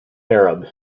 arab